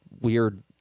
weird